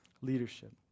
leadership